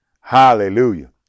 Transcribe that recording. Hallelujah